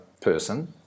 person